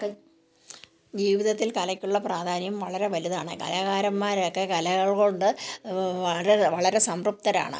ജീവിതത്തിൽ കലയ്ക്കുള്ള പ്രാധാന്യം വളരെ വലുതാണ് കലാകാരന്മാരൊക്കെ കലകൾ കൊണ്ട് വളരെ വളരെ സംതൃപ്തരാണ്